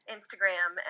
Instagram